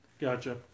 Gotcha